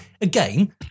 again